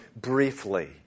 briefly